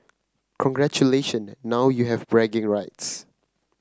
congratulation now you have bragging rights